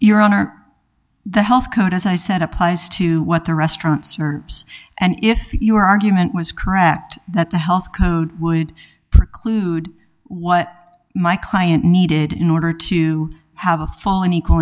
your honor the health code as i said applies to what the restaurants are and if your argument was correct that the health code would preclude what my client needed in order to have a full and equal